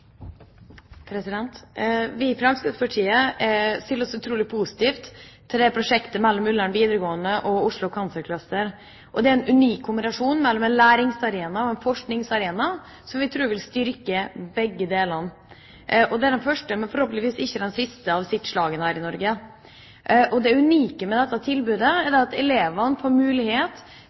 eleven. Vi i Fremskrittspartiet stiller oss utrolig positive til prosjektet mellom Ullern videregående skole og Oslo Cancer Cluster. Det er en unik kombinasjon mellom en læringsarena og en forskningsarena som vi tror vil styrke begge. Dette er det første, men forhåpentligvis ikke det siste i sitt slag i Norge. Det unike med dette tilbudet er at elevene får mulighet